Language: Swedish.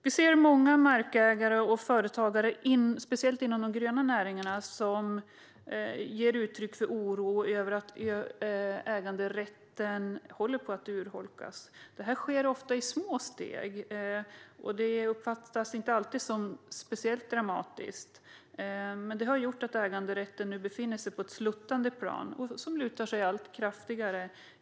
Vi ser många markägare och företagare inom speciellt de gröna näringarna som ger uttryck för oro över att äganderätten håller på att urholkas. Det sker ofta i små steg, och det uppfattas inte alltid som dramatiskt, men det har lett till att äganderätten nu befinner sig på ett sluttande plan som lutar allt kraftigare.